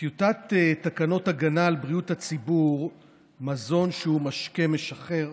טיוטת תקנות הגנה על בריאות הציבור (מזון שהוא משקה משכר),